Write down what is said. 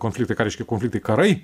konfliktai ką reiškia konfliktai karai